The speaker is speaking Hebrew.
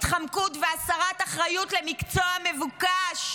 התחמקות והסרת אחריות למקצוע מבוקש,